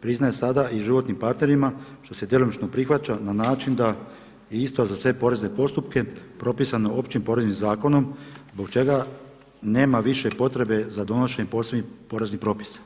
priznaje sada i životnim partnerima što se djelomično prihvaća na način da i isto za sve porezne postupke propisano Općim poreznim zakonom zbog čega nema više potrebe za donošenje posebnih poreznih propisa.